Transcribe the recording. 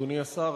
אדוני השר,